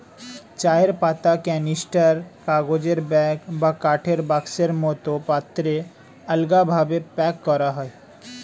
চায়ের পাতা ক্যানিস্টার, কাগজের ব্যাগ বা কাঠের বাক্সের মতো পাত্রে আলগাভাবে প্যাক করা হয়